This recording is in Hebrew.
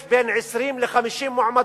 יש בין 20 ל-50 מועמדות